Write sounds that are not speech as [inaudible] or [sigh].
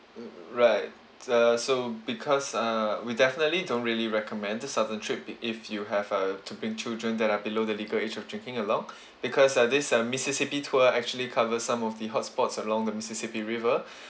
mm right uh so because err we definitely don't really recommend the southern trip i~ if you have uh to bring children that are below the legal age of drinking along [breath] because uh this uh mississippi tour actually covers some of the hotspots along the mississippi river [breath]